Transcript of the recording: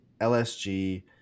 LSG